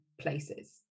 places